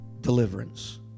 deliverance